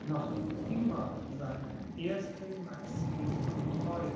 noch immer seiner ersten maxime getreu